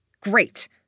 Great